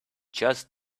just